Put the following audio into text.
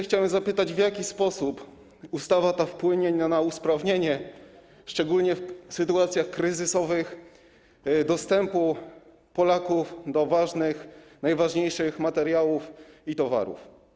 Chciałbym zapytać: W jaki sposób ustawa wpłynie na usprawnienie, szczególnie w sytuacjach kryzysowych, dostępu Polaków do najważniejszych materiałów i towarów?